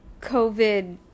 COVID